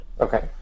Okay